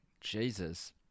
jesus